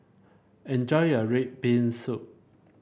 enjoy your red bean soup